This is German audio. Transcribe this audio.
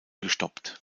gestoppt